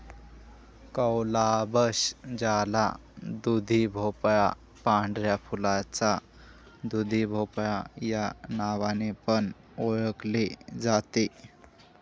calabash ज्याला दुधीभोपळा, पांढऱ्या फुलाचा दुधीभोपळा या नावाने पण ओळखले जाते